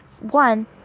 one